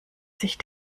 sich